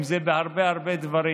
אם זה בהרבה הרבה דברים,